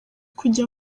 kujya